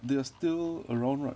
they are still around right